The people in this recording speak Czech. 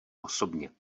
osobně